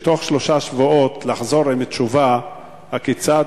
ותוך שלושה שבועות לחזור עם תשובה הכיצד